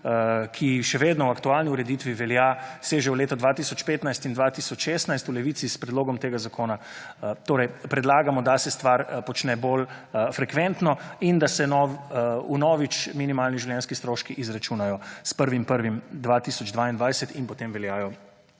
ki še vedno v aktualni ureditvi velja, seže v leto 2015 in 2016. V Levici predlagamo, da se stvar počne bolj frekventno in da se vnovič minimalni življenjski stroški izračunajo s 1. 1. 2022 in potem veljajo